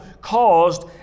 caused